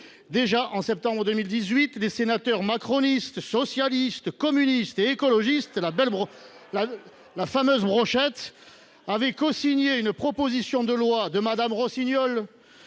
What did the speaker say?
Déjà, en septembre 2018, les sénateurs macronistes, socialistes, communistes et écologistes – la fameuse brochette… – avaient cosigné une proposition de loi de Mme Rossignol